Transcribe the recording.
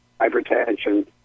hypertension